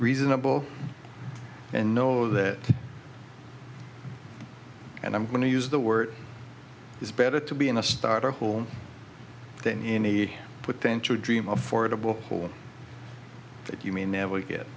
reasonable and know that and i'm going to use the word is better to be in a starter home than any potential dream of affordable home that you may never get